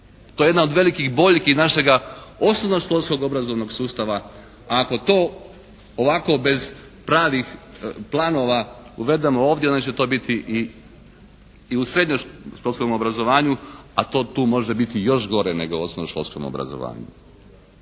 To je jedna od velikih boljki našega osnovnoškolskog obrazovnog sustava. Ako to ovako bez pravih planova uvedemo ovdje, onda će to biti i u srednjoškolskom obrazovanju, a to tu može biti još gore nego u osnovnoškolskom obrazovanju.